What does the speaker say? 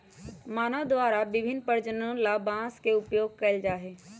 मानव द्वारा विभिन्न प्रयोजनों ला बांस के उपयोग कइल जा हई